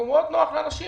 והוא מאוד נוח לאנשים